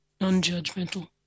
non-judgmental